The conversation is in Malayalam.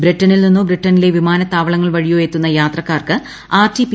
ബ്രിട്ടണിൽ നിന്നോ ബ്രിട്ടന്റിലെ വിമാനത്താവളങ്ങൾ വഴിയോ എത്തുന്ന യാത്രക്കാർക്ക് ആർട്ടി ്പി